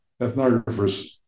ethnographers